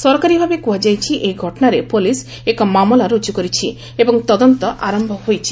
ସରକାରୀ ଭାବେ କୁହାଯାଇଛି ଏହି ଘଟଣାରେ ପୁଲିସ୍ ଏକ ମାମଲା ରୁଜୁ କରିଛି ଏବଂ ତଦନ୍ତ ଆରମ୍ଭ କରିଛି